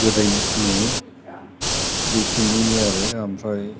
गोदै मोनो बेखिनि आरो ओमफ्राय